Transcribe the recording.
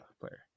player